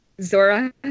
Zora